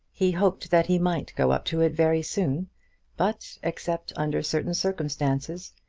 he hoped that he might go up to it very soon but, except under certain circumstances,